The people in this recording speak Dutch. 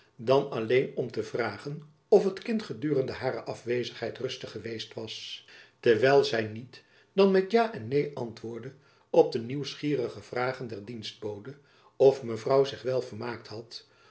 dan alleen om te vragen of het kind gedurende hare afwezigheid rustig geweest was terwijl zy niet dan met ja en neen antwoordde op de nieuwsgierige vragen der dienstbode of mevrouw zich wel vermaakt had